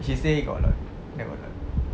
she say got a lot there got a lot